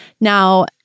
Now